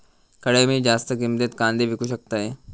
खडे मी जास्त किमतीत कांदे विकू शकतय?